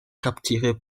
capturé